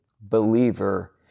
believer